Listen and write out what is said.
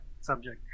subject